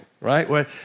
right